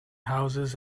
houses